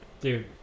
Dude